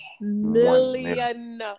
million